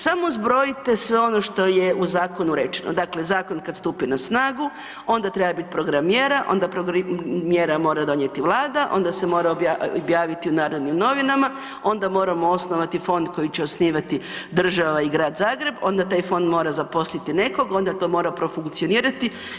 Samo zbrojite sve ono što je u zakonu rečeno, dakle zakon kad stupi na snagu, onda treba biti program mjera, onda program mjera mora donijeti Vlada, onda se mora objaviti u Narodnim novinama, onda moramo osnovati fond koji će osnivati država i grad Zagreb, onda taj fond mora zaposliti nekog, onda to mora profunkcionirati.